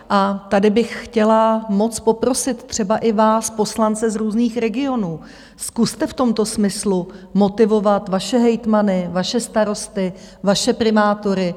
A tady bych chtěla moc poprosit třeba i vás poslance z různých regionů: Zkuste v tomto smyslu motivovat vaše hejtmany, vaše starosty, vaše primátory.